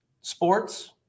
sports